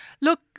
Look